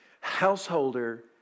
householder